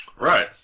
Right